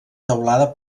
teulada